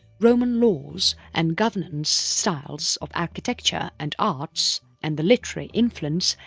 roman laws and governance, styles of architecture and arts and the literary influence,